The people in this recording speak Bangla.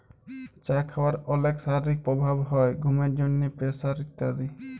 চা খাওয়ার অলেক শারীরিক প্রভাব হ্যয় ঘুমের জন্হে, প্রেসার ইত্যাদি